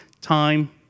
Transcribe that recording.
Time